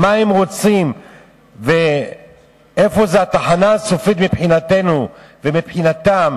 מה הם רוצים ואיפה התחנה הסופית מבחינתנו ומבחינתם